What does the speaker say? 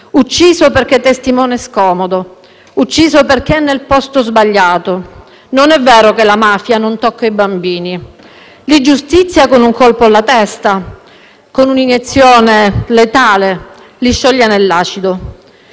Ucciso perché testimone scomodo, ucciso perché nel posto sbagliato. Non è vero che la mafia non tocca i bambini. Li giustizia con un colpo alla testa, con un'iniezione letale, li scioglie nell'acido.